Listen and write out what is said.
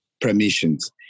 Permissions